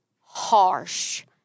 harsh